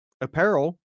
apparel